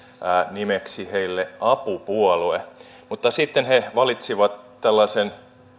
nimeksi heille apupuolue mutta sitten he valitsivat tällaisen